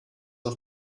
auf